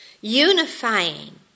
Unifying